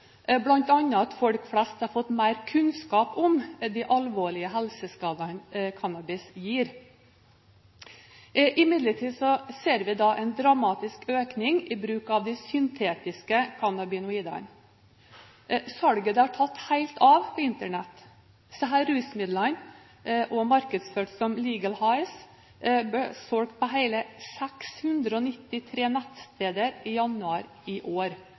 bl.a. at folk flest har fått mer kunnskap om de alvorlige helseskadene cannabis gir. Imidlertid ser vi en dramatisk økning i bruken av de syntetiske cannabinoidene. Salget har tatt helt av på Internett. Disse rusmidlene, også markedsført som «Legal Highs», ble solgt på hele 693 nettsteder i januar i år,